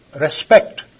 respect